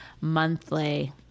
monthly